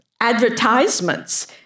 advertisements